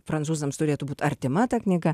prancūzams turėtų būt artima ta knyga